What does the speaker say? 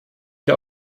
der